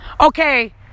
okay